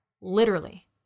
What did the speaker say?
Literally